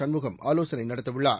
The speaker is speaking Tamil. சண்முகம் ஆலோசனை நடத்தவுள்ளார்